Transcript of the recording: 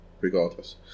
regardless